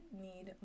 need